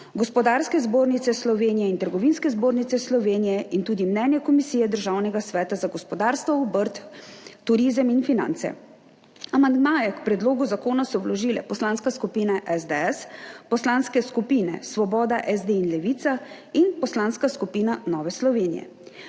Gospodarske zbornice Slovenije in Trgovinske zbornice Slovenije in tudi mnenje Komisije Državnega sveta za gospodarstvo, obrt, turizem in finance. Amandmaje k predlogu zakona so vložile Poslanska skupina SDS, Poslanske skupine Svoboda, SD in Levica in Poslanska skupina Nova Slovenija.